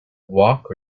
walk